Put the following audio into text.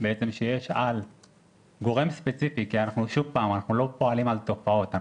על גורם ספציפי כי אנחנו לא פועלים על תופעות,